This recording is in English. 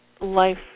life